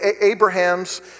Abraham's